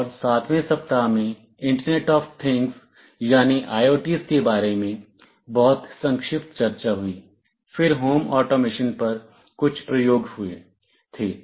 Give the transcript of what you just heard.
और 7 वें सप्ताह में इंटरनेट ऑफ थिंग्स यानी IoTs के बारे में बहुत संक्षिप्त चर्चा हुई फिर होम ऑटोमेशन पर कुछ प्रयोग हुए थे